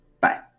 Bye